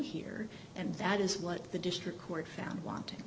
here and that is what the district court found wanting